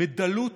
בדלות,